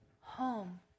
home